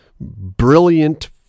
brilliant